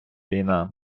війна